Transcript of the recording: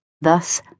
Thus